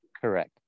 correct